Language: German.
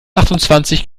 achtundzwanzig